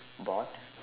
bought